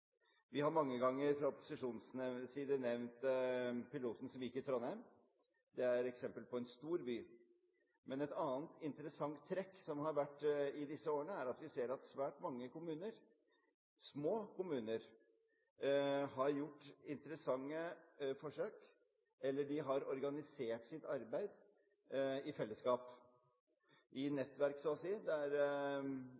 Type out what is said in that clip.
Vi har mange ganger fra opposisjonens side nevnt pilotprosjektet som gikk i Trondheim. Det er eksempel fra en stor by. Men et annet interessant trekk disse årene er at vi ser at svært mange små kommuner har gjort interessante forsøk. De har organisert sitt arbeid i fellesskap – i